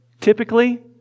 typically